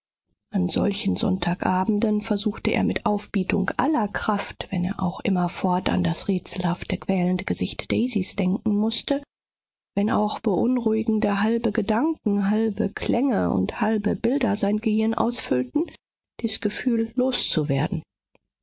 an solchen sonntagabenden versuchte er mit aufbietung aller kraft wenn er auch immerfort an das rätselhafte quälende gesicht daisys denken mußte wenn auch beunruhigende halbe gedanken halbe klänge und halbe bilder sein gehirn ausfüllten dies gefühl loszuwerden